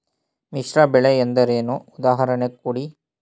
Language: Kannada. ಮಿಶ್ರ ಬೆಳೆ ಎಂದರೇನು, ಉದಾಹರಣೆ ಕೊಡಿ?